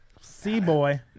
C-boy